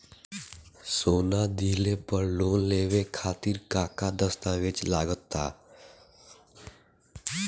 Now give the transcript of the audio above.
सोना दिहले पर लोन लेवे खातिर का का दस्तावेज लागा ता?